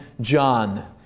John